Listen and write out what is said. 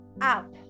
up